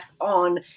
on